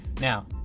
Now